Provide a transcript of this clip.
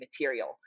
material